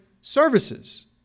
services